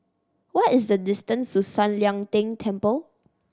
what is the distance to San Lian Deng Temple